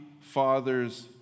Father's